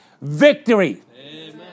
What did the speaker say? Victory